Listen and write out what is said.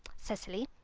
cecily,